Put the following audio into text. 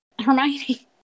Hermione